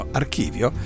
archivio